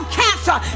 cancer